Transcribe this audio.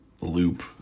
loop